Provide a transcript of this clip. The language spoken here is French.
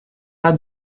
pas